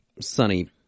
sunny